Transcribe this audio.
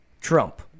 Trump